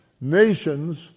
nations